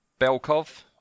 Belkov